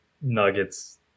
Nuggets